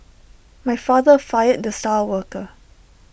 my father fired the star worker